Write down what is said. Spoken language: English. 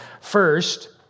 First